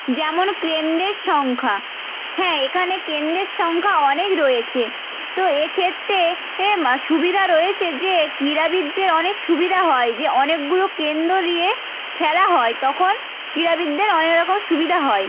যেমন কেন্দ্রের সংখ্যা হ্যাঁ এখানে কেন্দ্রের সংখ্যা অনেক রয়েছে তো এক্ষেত্রে এ সুবিধা রয়েছে যে ক্রীড়াবিদদের অনেক সুবিধা হয় যে অনেকগুলো কেন্দ্র নিয়ে খেলা হয় তখন ক্রীড়াবিদদের অনেক রকম সুবিধা হয়